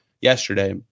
yesterday